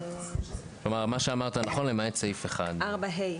מה שאמרת הוא נכון, למעט סעיף 1. 4א(ה).